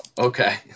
okay